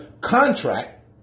contract